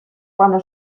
cuando